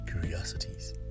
curiosities